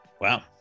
Wow